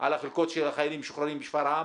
על החלקות של חיילים משוחררים בשפרעם.